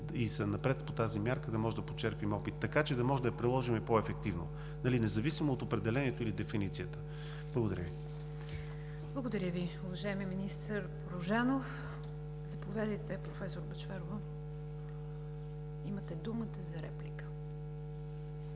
и са напред по тази мярка, да можем да почерпим опит, така че да можем да я приложим по-ефективно, независимо от определението или дефиницията. Благодаря Ви. ПРЕДСЕДАТЕЛ НИГЯР ДЖАФЕР: Благодаря Ви, уважаеми министър Порожанов. Заповядайте, професор Бъчварова – имате думата за реплика.